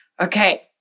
Okay